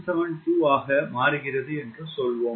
772 ஆக மாறுகிறது என்று சொல்வோம்